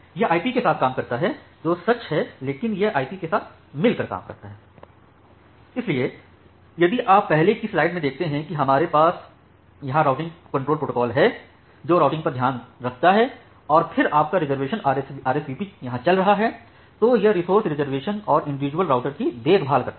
यह IP के साथ काम करता है जो सच है लेकिन यह IP के साथ मिलकर काम करता है इसलिए यदि आप पहले की स्लाइड में देखते हैं तो हमारे पास यहां राउटिंग कंट्रोल प्रोटोकॉल है जो राउटिंग का ध्यान रखता है और फिर आपका रिजर्वेशन प्रोटोकॉल RSVP यहां चल रहा है जो इस रिसोर्स रिजर्वेशन और इंडिविजुअल राउटर्स की देखभाल करता है